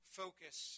focus